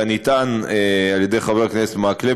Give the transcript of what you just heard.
כנטען על-ידי חבר הכנסת מקלב,